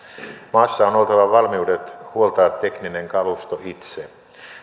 maassa on oltava valmiudet huoltaa tekninen kalusto itse